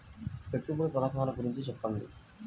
పెట్టుబడి పథకాల గురించి చెప్పండి?